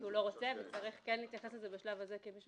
הוא לא רוצה, וצריך להתייחס לזה בשלב הזה כמישהו